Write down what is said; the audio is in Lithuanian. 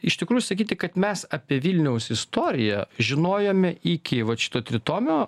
iš tikrųjų sakyti kad mes apie vilniaus istoriją žinojome iki vat šito tritomio